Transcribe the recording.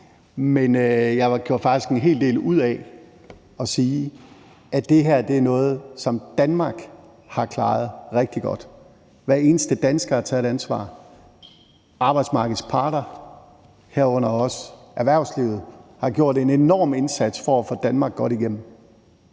men jeg gjorde faktisk en hel del ud af at sige, at det her er noget, som Danmark har klaret rigtig godt. Hver eneste dansker har taget et ansvar, arbejdsmarkedets parter, herunder også erhvervslivet, har gjort en enorm indsats for at få Danmark godt igennem,